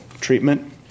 treatment